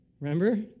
Remember